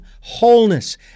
wholeness